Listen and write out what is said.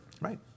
Right